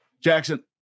Jackson